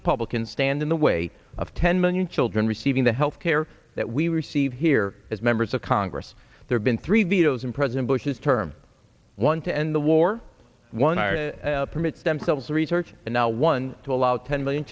republicans stand in the way of ten million children receiving the health care that we receive here as members of congress there's been three vetoes in president bush's term one to end the war one permits themselves research and now one to allow ten million